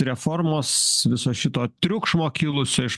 reformos viso šito triukšmo kilusio iš